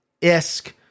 isk